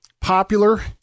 popular